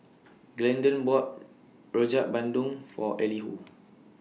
Glendon bought Rojak Bandung For Elihu